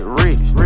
rich